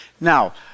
Now